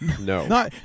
No